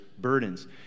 burdens